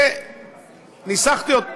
וניסחתי אותה,